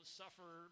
suffer